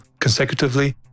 consecutively